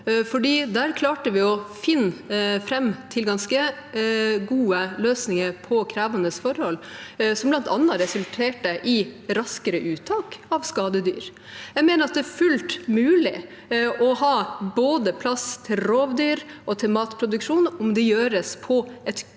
Da klarte vi å finne fram til ganske gode løsninger på krevende forhold, som bl.a. resulterte i raskere uttak av skadedyr. Jeg mener det er fullt mulig å ha plass til både rovdyr og matproduksjon, om det gjøres på klokt